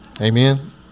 amen